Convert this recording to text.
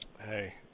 Hey